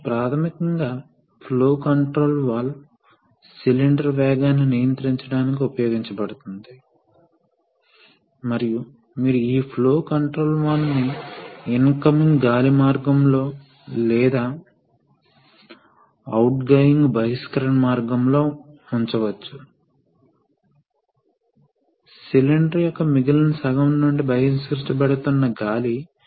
కాబట్టి వాస్తవానికి pilot pressure లేదు పైలట్ ప్రెజర్ వాస్తవానికి ట్యాంక్ ప్రెజర్ మరియు అందువల్ల ఈ ప్రెషర్ చాలా తక్కువగా ఉంటుంది కాబట్టి నేరుగా పంప్ వెంట్స్ మరియు ద్రవం సిస్టంకు వెళ్ళదు కాబట్టి ఇది వెంటింగ్ మోడ్ లో ఆపరేషన్